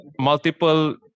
multiple